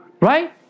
Right